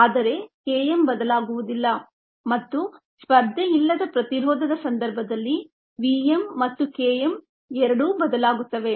ಆದರೆ K m ಬದಲಾಗುವುದಿಲ್ಲ ಮತ್ತು ಸ್ಪರ್ಧೆಯಿಲ್ಲದ ಪ್ರತಿರೋಧದ ಸಂದರ್ಭದಲ್ಲಿ V m ಮತ್ತು K m ಎರಡೂ ಬದಲಾಗುತ್ತವೆ